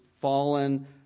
fallen